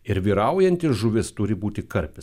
ir vyraujanti žuvis turi būti karpis